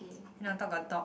then on top got dog